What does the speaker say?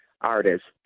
artists